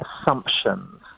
assumptions